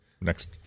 next